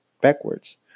backwards